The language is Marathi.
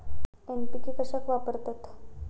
एन.पी.के कशाक वापरतत?